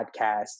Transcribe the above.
podcast